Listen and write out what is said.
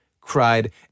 cried